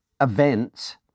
events